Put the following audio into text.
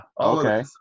okay